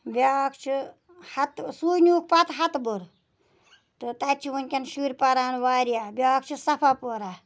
بیٛاکھ چھِ ہَتہٕ سُے نیوٗکھ پَتہٕ ہَتہٕ بٔر تہٕ تَتہِ چھِ وٕنکٮ۪ن شُرۍ پَران واریاہ بیٛاکھ چھُ سفاپورہ